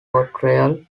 portrayal